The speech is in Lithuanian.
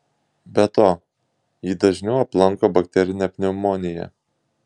be to jį dažniau aplanko bakterinė pneumonija